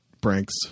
pranks